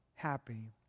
happy